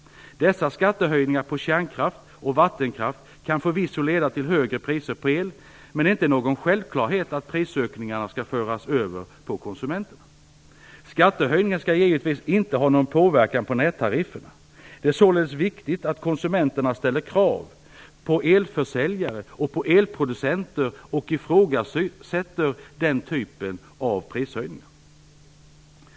Dessa skattehöjningar på kärnkraft och vattenkraft kan förvisso leda till högre priser på el, men det är inte alls någon självklarhet att prisökningarna skall föras över på konsumenterna. Skattehöjningen skall givetvis inte ha någon påverkan på nättarifferna. Det är således viktigt att konsumenterna ställer krav på elförsäljare och elproducenter och ifrågasätter den typen av prishöjningar.